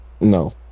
No